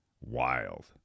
wild